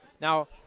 Now